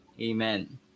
Amen